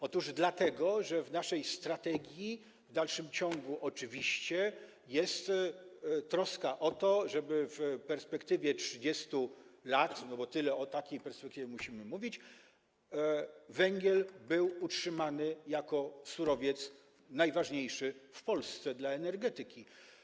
Otóż dlatego, że w naszej strategii w dalszym ciągu oczywiście jest troska o to, żeby w perspektywie 30 lat, no bo o takiej perspektywie musimy mówić, węgiel był utrzymany jako najważniejszy w Polsce surowiec dla energetyki.